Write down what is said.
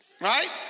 Right